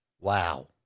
Wow